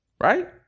right